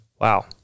wow